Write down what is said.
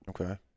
okay